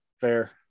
Fair